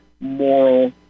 moral